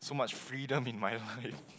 so much freedom in my life